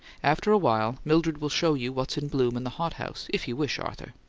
afterwhile, mildred will show you what's in bloom in the hothouse, if you wish, arthur.